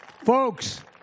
Folks